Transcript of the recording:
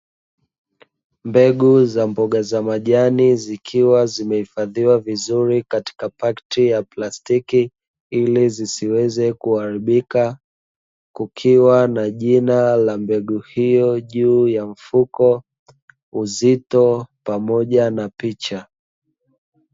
Mbegu za mboga za majani zikiwa zimeifadhiwa vizuri katika pakiti ya plastiki ili zisiweze kuharibika, kukiwa na jina la mbegu hiyo juu ya mfuko, uzito, pamoja na picha.